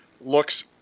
looks